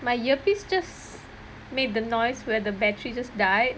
my earpiece just made the noise where the battery just died